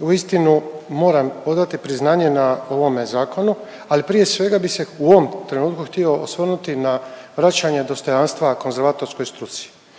Uistinu, moram odati priznanje na ovome Zakonu, ali prije svega bi se, u ovom trenutku htio osvrnuti na vraćanje dostojanstva konzervatorskoj struci i